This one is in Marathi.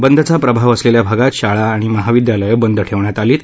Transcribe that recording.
बंदचा प्रभाव असलेल्या भागात शाळा आणि महाविद्यालयं बंद ठेवली आहेत